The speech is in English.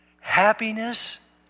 Happiness